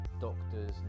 doctors